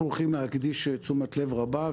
אנחנו הולכים להקדיש תשומת לב רבה,